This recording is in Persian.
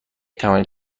توانید